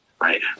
right